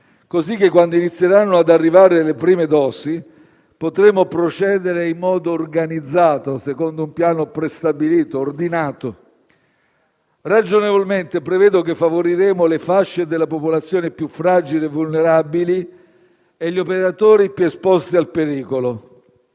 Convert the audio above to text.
modo che, quando inizieranno ad arrivare le prime dosi, potremo procedere in maniera organizzata, secondo un piano prestabilito e ordinato. Ragionevolmente prevedo che favoriremo le fasce della popolazione più fragili e vulnerabili e gli operatori più esposti al pericolo.